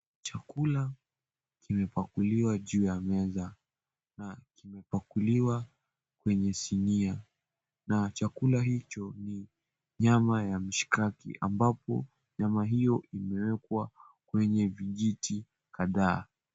Chakula kimepakuliwa juu ya meza na kimepakuliwa kwenye sinia, na chakula hicho ni nyama ya mshikaki ambapo nyama hiyo imewekwa kwenye vijiti kadhaa.